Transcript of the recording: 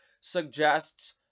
suggests